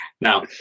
Now